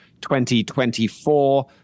2024